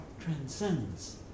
transcends